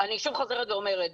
אני שוב חוזרת ואומרת,